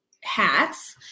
hats